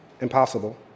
impossible